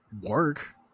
work